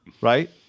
Right